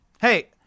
Hey